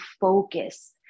focus